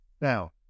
now